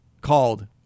called